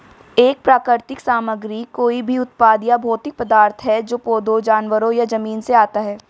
एक प्राकृतिक सामग्री कोई भी उत्पाद या भौतिक पदार्थ है जो पौधों, जानवरों या जमीन से आता है